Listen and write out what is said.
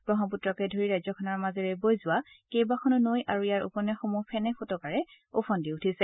ৱহ্মপুত্ৰকে ধৰি ৰাজ্যখনৰ মাজেৰে বৈ যোৱা কেইবাখনো নৈ আৰু ইয়াৰ উপনৈসমূহ ফেনে ফোটোকাৰে ওফন্দি উঠিছে